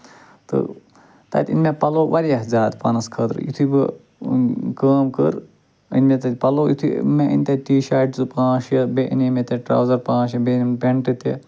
تہٕ تَتہِ أنۍ مےٚ پَلو واریاہ زیادٕ پانَس خٲطرٕ یِتھُے بہٕ کٲم کٔر أنۍ مےٚ تَتہِ پَلو یِتھُے مےٚ أنۍ تَتہِ ٹی شٲٹہِ زٕ پانٛژھ شیٚے بیٚیہِ اَنے مےٚ ٹرٛاوزَر پانٛژھ شیٚے بیٚیہِ أنِم پینٹہٕ تہِ